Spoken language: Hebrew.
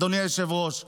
אדוני היושב-ראש,